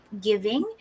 giving